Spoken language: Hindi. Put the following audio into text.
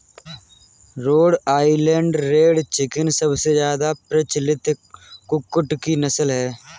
रोड आईलैंड रेड चिकन सबसे ज्यादा प्रचलित कुक्कुट की नस्ल है